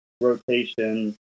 rotation